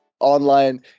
online